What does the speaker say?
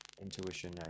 Intuition